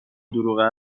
دروغ